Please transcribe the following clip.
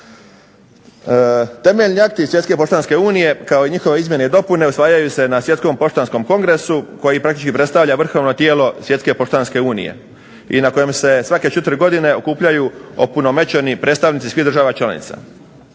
Temeljni akti Svjetske poštanske unije kao njihove izmjene i dopune osvajaju se na Svjetskom poštanskom kongresu koji praktički predstavlja vrhovno tijelo Svjetske poštanske unije i na kojem se svake 4 godine okupljaju opunomoćeni svi predstavnici svih država članica.